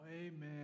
Amen